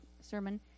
sermon